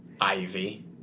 Ivy